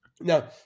Now